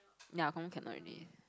ya confirm cannot already